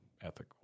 ethical